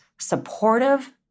supportive